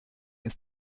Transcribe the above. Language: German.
ist